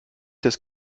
das